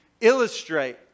illustrate